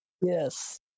Yes